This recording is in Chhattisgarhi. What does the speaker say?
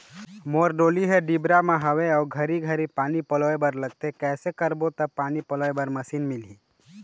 मोर डोली हर डिपरा म हावे अऊ घरी घरी पानी पलोए बर लगथे कैसे करबो त पानी पलोए बर मशीन मिलही?